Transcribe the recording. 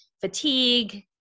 fatigue